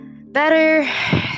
better